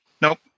Nope